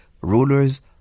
rulers